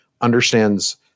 understands